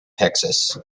texas